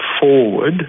forward